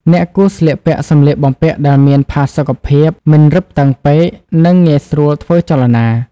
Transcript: អ្នកគួរស្លៀកពាក់សម្លៀកបំពាក់ដែលមានផាសុកភាព មិនរឹបតឹងពេក និងងាយស្រួលធ្វើចលនា។